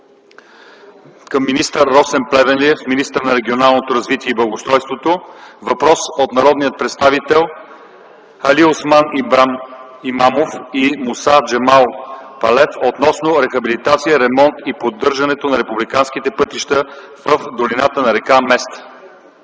към министър Росен Плевнелиев – министър на регионалното развитие и благоустройството. Има въпрос от народния представител Алиосман Ибраим Имамов и Муса Джемал Палев относно рехабилитация, ремонт и поддържането на републиканските пътища в долината на р. Места.